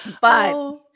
But-